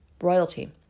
royalty